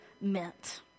meant